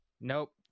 Nope